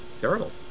terrible